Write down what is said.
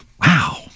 Wow